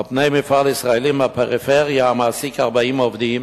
על פני מפעל ישראלי מהפריפריה, המעסיק 40 עובדים